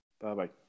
Bye-bye